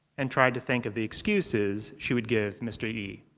and tried to think of the excuses she would give mr. yi.